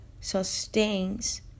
sustains